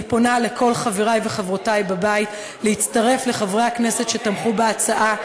אני פונה לכל חברי וחברותי בבית להצטרף לחברי הכנסת שתמכו בהצעה,